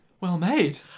well-made